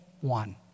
one